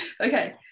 okay